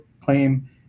claim